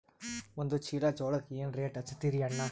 ಒಂದ ಚೀಲಾ ಜೋಳಕ್ಕ ಏನ ರೇಟ್ ಹಚ್ಚತೀರಿ ಅಣ್ಣಾ?